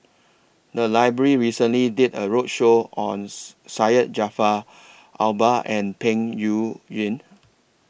The Library recently did A roadshow on Syed Jaafar Albar and Peng Yuyun